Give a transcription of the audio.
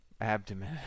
Abdomen